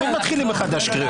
תמיד מתחילים מחדש קריאות.